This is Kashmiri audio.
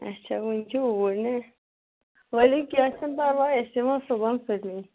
اَچھا وُنہِ چھِ اوٗرۍ نا ؤلِو کیٚنٛہہ چھُنہٕ پَرواے أسۍ یِمو صُبحن سُلی